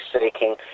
seeking